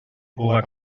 puga